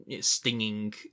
stinging